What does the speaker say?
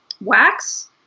wax